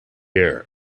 air